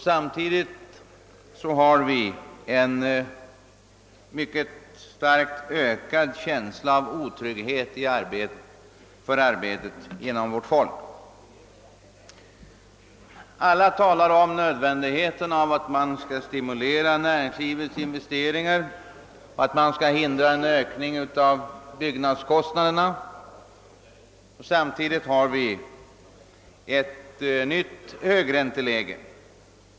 Samtidigt har vi en mycket stark känsla av ökad otrygghet för arbetet inom vårt folk. Alla talar om nödvändigheten av att stimulera näringslivets investeringar och av att hindra en ökning av byggnadskostnaderna. Samtidigt har vi ett nytt högränteläge.